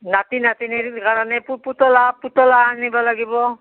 নাতি নাতিনীবিলাকৰ কাৰণে পু পুতলা আনিব লাগিব